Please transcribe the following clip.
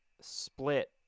split